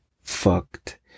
Fucked